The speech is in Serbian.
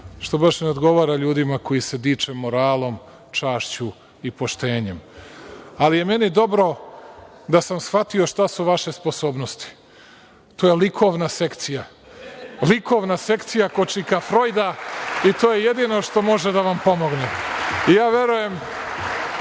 što baš ne odgovara ljudima koji se diče moralom, čašću i poštenjem. Ali, meni je dobro da sam shvatio šta su vaše sposobnosti. To je likovna sekcija. Likovna sekcija kod čika Frojda i to je jedino što može da vam pomogne. Ja verujem